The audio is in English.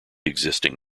existing